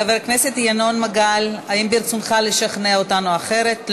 חבר הכנסת ינון מגל, האם ברצונך לשכנע אותנו אחרת?